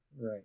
right